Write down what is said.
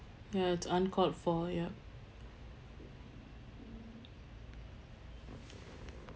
ya it's uncalled for yup